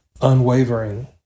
unwavering